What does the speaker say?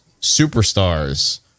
superstars